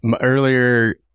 earlier